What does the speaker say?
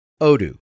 Odoo